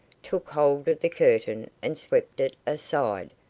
took hold of the curtain and swept it aside,